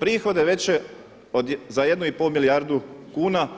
Prihode veće za 1,5 milijardu kuna